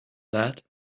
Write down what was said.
that